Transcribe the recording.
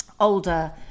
older